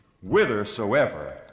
whithersoever